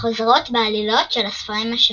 החוזרות בעלילות של הספרים השונים.